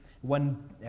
one